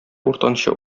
уртанчы